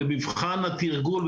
במבחן התרגול,